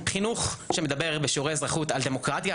חינוך שמדבר בשיעורי אזרחות על דמוקרטיה,